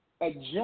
adjust